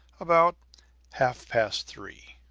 about half past three.